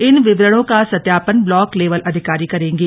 इन विवरणों का सत्यापन ब्लॉक लेवल अधिकारी करेंगे